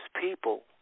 people